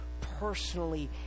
personally